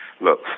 Look